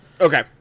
Okay